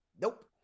Nope